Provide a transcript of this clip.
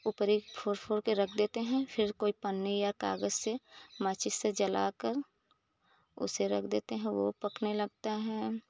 ऊपरी फोड़ फोड़ कर रख देते हैं फिर कोई पन्नी या कागज़ से माचिस से जलाकर उसे रख देते हैं वह पकने लगता है